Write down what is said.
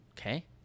Okay